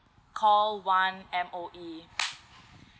call one M_O_E